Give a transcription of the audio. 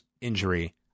injury